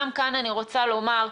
גם כאן אני רוצה לומר,